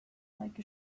like